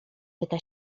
pyta